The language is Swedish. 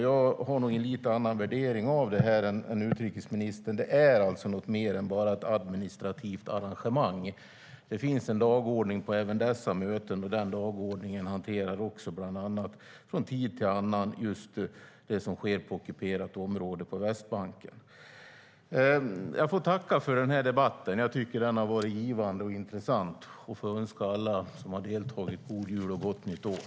Jag gör en lite annorlunda värdering av det här än utrikesministern. Det är något mer än bara ett administrativt arrangemang. Det finns en dagordning även på dessa möten, och på denna dagordning hanteras också från tid till annan just det som sker på ockuperat område på Västbanken. Jag får tacka för debatten. Jag tycker att den har varit givande och intressant, och jag önskar alla som har deltagit god jul och gott nytt år.